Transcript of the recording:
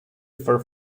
for